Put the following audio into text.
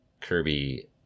Kirby